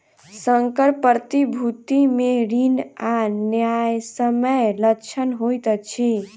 संकर प्रतिभूति मे ऋण आ न्यायसम्य लक्षण होइत अछि